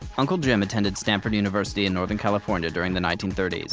uncle jim attended stanford university in northern california during the nineteen thirty s.